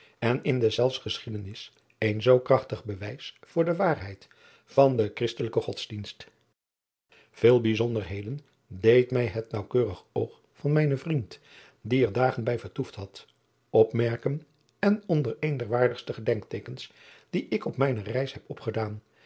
en in deszelfs geschiedenis een zoo krachtig bewijs voor de waarheid van den hristelijken odsdienst ele bijzonderheden deed mij het naauwkeurig oog van mijnen vriend die er dagen bij vertoefd had opmerken en onder een der waardigste gedenkteekens die ik op mijne reis heb opgedaan